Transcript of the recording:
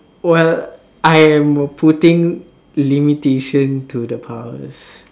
well I am putting limitation to the powers